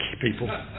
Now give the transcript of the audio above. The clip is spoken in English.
people